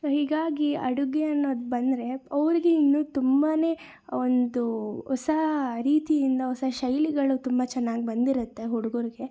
ಹೀಗಾಗಿ ಅಡುಗೆ ಅನ್ನೋದು ಬಂದರೆ ಅವರಿಗೆ ಇನ್ನು ತುಂಬಾ ಒಂದು ಹೊಸಾ ರೀತಿಯಿಂದ ಹೊಸ ಶೈಲಿಗಳು ತುಂಬ ಚೆನ್ನಾಗ್ ಬಂದಿರುತ್ತೆ ಹುಡುಗರ್ಗೆ